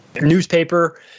newspaper